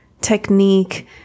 technique